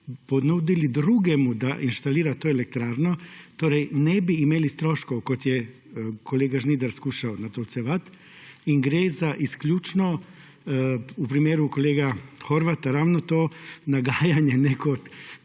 ponudili drugemu, da inštalira to elektrarno, torej ne bi imeli stroškov, kot je kolega Žnidar skušal natolcevati. In gre za izključno v primeru kolega Horvata ravno to nagajanje ko